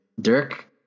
Dirk